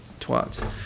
twats